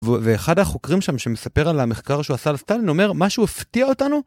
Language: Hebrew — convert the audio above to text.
ואחד החוקרים שם שמספר על המחקר שהוא עשה על סטאלין אומר משהו הפתיע אותנו